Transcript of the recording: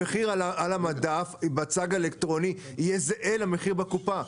המחיר בצג האלקטרוני יהיה זהה למחיר בקופה.